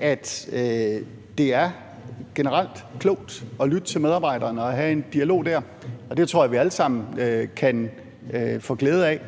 at det generelt er klogt at lytte til medarbejderne og have en dialog der. Det tror jeg vi alle sammen kan få glæde af.